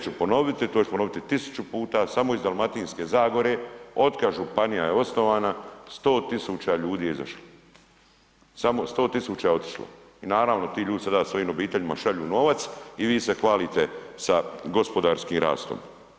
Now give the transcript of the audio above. Opet ću ponoviti, to ću ponoviti 1.000 puta samo iz Dalmatinske zagore od kad županija je osnovana 100.000 ljudi je izašlo, samo 100.000 otišlo i naravno ti ljudi sada svojim obiteljima šalju novac i vi se hvalite sa gospodarskim rastom.